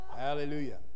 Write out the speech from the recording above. Hallelujah